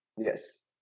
Yes